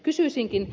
kysyisinkin